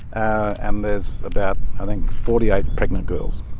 and there's about forty eight pregnant girls.